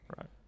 Right